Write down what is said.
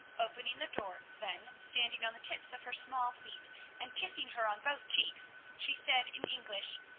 opening the door, then, standing on the tips of her small feet and kissing her on both cheeks, she said in english,